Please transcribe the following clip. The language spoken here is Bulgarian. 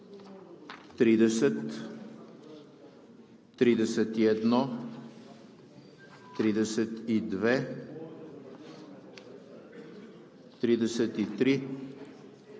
30, 31, 32, 33,